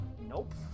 Nope